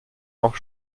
auch